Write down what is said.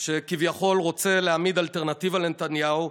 שכביכול רוצה להעמיד אלטרנטיבה לנתניהו,